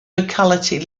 locality